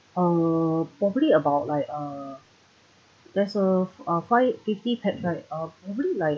uh probably about like uh there's a uh five fifty pax right probably like